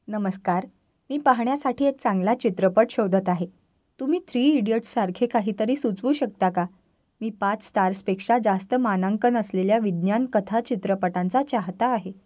नमस्कार मी पाहण्यासाठी एक चांगला चित्रपट शोधत आहे तुम्ही थ्री इडियट्सारखे काहीतरी सुचवू शकता का मी पाच स्टार्सपेक्षा जास्त मानांकन असलेल्या विज्ञान कथा चित्रपटांचा चाहता आहे